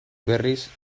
berriz